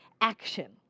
action